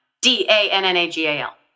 D-A-N-N-A-G-A-L